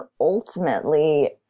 ultimately